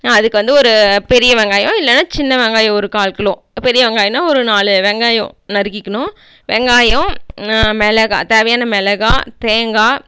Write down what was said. அதுக்கு வந்து ஒரு பெரிய வெங்காயம் இல்லைன்னா சின்ன வெங்காயம் ஒரு கால் கிலோ பெரிய வெங்காயம்னா ஒரு நாலு வெங்காயம் நறுக்கிக்கணும் வெங்காயம் மிளகா தேவையான மிளகா தேங்காய்